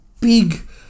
big